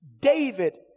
David